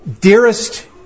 dearest